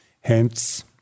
Hence